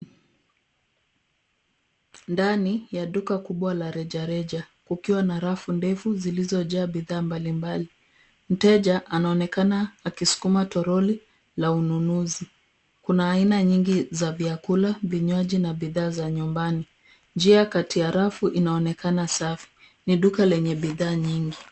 Ndani ya duka kubwa la reja reja kukiwa na rafu ndefu zilizojaa bidhaa mbalimbali. Mteja anaonekana akisukuma toroli la ununuzi. Kuna aina nyingi za vyakula, vinywaji na bidhaa za nyumbani. Njia kati ya rafu inaonekana safi, ni duka lenye bidhaa nyingi.